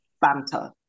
banter